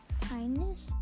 Kindness